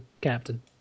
Captain